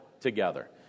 together